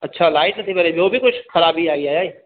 अच्छ लाईट न था बरे ॿियो बि कुझु खराबी आहे